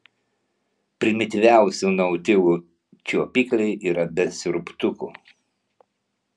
primityviausių nautilų čiuopikliai yra be siurbtukų